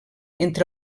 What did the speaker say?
entre